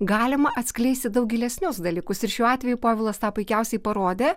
galima atskleisti daug gilesnius dalykus ir šiuo atveju povilas tą puikiausiai parodė